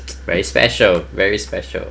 it's very special very special